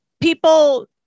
people